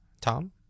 Tom